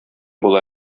була